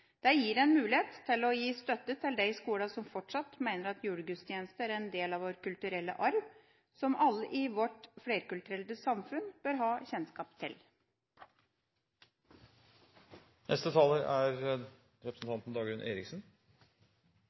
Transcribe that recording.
gir en mulighet til å gi støtte til de skolene som fortsatt mener at julegudstjeneste er en del av vår kulturelle arv, som alle i vårt flerkulturelle samfunn bør ha kjennskap